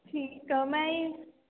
ਠੀਕ ਆ ਮੈਂ ਇਹ